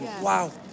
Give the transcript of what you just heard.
Wow